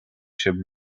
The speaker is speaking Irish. sibh